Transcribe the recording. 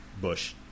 Bush